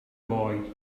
boy